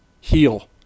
heal